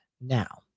now